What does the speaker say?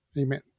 amen